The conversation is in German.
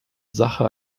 sache